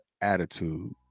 attitude